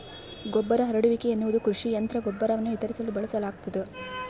ಗೊಬ್ಬರ ಹರಡುವಿಕೆ ಎನ್ನುವುದು ಕೃಷಿ ಯಂತ್ರ ಗೊಬ್ಬರವನ್ನು ವಿತರಿಸಲು ಬಳಸಲಾಗ್ತದ